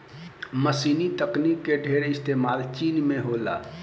मशीनी तकनीक के ढेर इस्तेमाल चीन में होला